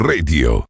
Radio